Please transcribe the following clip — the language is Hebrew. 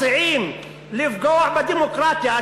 אתם מציעים לפגוע בדמוקרטיה.